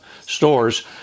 stores